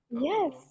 Yes